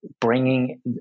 bringing